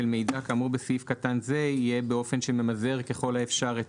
מידע כאמור בסעיף קטן זה יהיה באופן שממזער ככל האפשר את